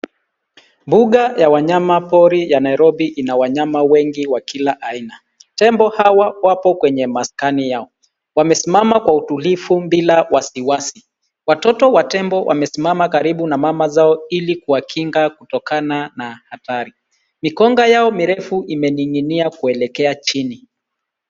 Mbuga ya wanyama pori ya Nairobi ina wanyama wengi wa kila aina. Tembo hawa wapo kwenye maskani yao. Wamesimama kwa utulivu bila wasiwasi. Watoto wa tembo wamesimama karibu na mama zao ili kuwakinga kutokana na hatari. Mikonga yao mirefu imening'inia kuelekea chini.